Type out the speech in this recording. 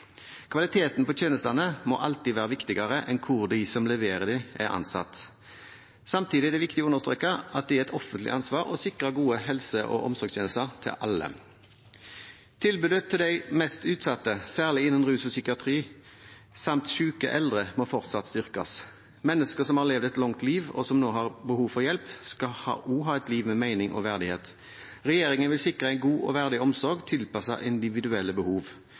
Kvaliteten på tjenestene må alltid være viktigere enn hvor de som leverer dem, er ansatt. Samtidig er det viktig å understreke at det er et offentlig ansvar å sikre gode helse- og omsorgstjenester til alle. Tilbudet til de mest utsatte, særlig innen rus og psykiatri samt syke eldre, må fortsatt styrkes. Mennesker som har levd et langt liv, og som nå har behov for hjelp, skal også ha et liv med mening og verdighet. Regjeringen vil sikre en god og verdig omsorg tilpasset individuelle behov.